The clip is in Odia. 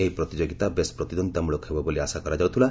ଏହି ପ୍ରତିଯୋଗିତା ବେଶ୍ ପ୍ରତିଦ୍ୱନ୍ଦିତାମୂଳକ ହେବ ବୋଲି ଆଶା କରାଯାଉଥିଲା